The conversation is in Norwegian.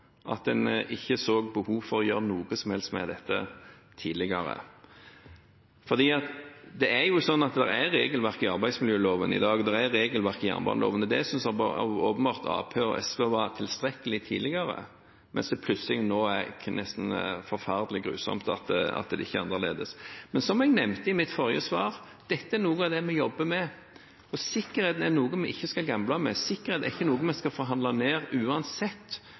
For det er jo regelverk i arbeidsmiljøloven i dag, det er regelverk i jernbaneloven, og det syntes åpenbart Arbeiderpartiet og SV var tilstrekkelig tidligere, mens det plutselig nå nesten er forferdelig og grusomt at det ikke er annerledes. Som jeg nevnte i mitt forrige svar: Dette er noe av det vi jobber med. Sikkerheten er ikke noe vi skal gamble med, sikkerheten er ikke noe vi skal forhandle ned, uansett